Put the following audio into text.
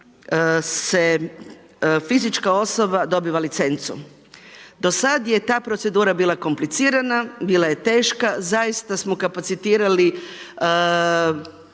se fizička osoba dobiva licencu. Do sad je ta procedura bila komplicirana, bila je teška. Zaista smo kapacitirali